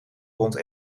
rond